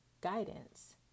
guidance